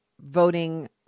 voting